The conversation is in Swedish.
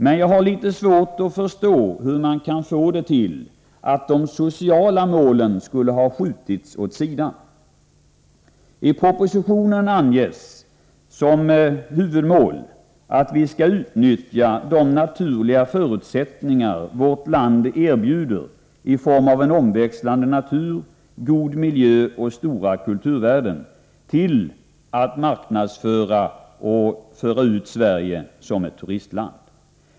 Men jag har litet svårt att förstå hur man kan få det till att de sociala målen skulle ha skjutits åt sidan. I propositionen anges som huvudmål att vi skall utnyttja de naturliga förutsättningar vårt land erbjuder i form av en omväxlande natur, god miljö och stora kulturvärden till att marknadsföra Sverige som turistland.